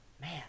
Man